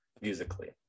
musically